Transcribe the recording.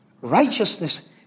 Righteousness